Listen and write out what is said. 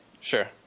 Sure